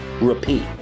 repeat